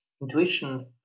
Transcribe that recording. intuition